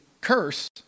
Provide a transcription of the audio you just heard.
curse